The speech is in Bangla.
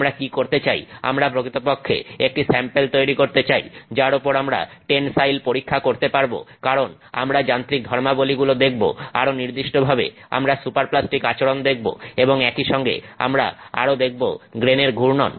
আমরা কি করতে চাই আমরা প্রকৃতপক্ষে একটি স্যাম্পেল তৈরি করতে চাই যার উপর আমরা টেনসাইল পরীক্ষা করতে পারব কারণ আমরা যান্ত্রিক ধর্মাবলি গুলো দেখবো আরও নির্দিষ্টভাবে আমরা সুপারপ্লাস্টিক আচরণ দেখবো এবং একই সঙ্গে আমরা আরো দেখবো গ্রেনের ঘূর্ণন